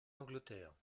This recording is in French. angleterre